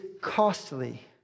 costly